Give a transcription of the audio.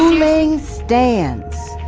ruling stands.